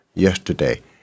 Yesterday